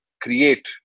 create